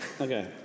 Okay